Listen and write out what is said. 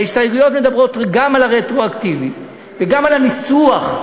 ההסתייגויות מדברות גם על הרטרואקטיביות וגם על הניסוח.